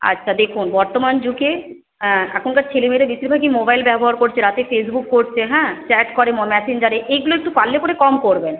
আচ্ছা দেখুন বর্তমান যুগে এখনকার ছেলেমেয়েরা বেশিরভাগই মোবাইল ব্যবহার করছে রাতে ফেসবুক করছে হ্যাঁ চ্যাট করে ম্যাসেঞ্জারে এগুলো একটু পারলে পরে কম করবেন